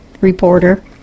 reporter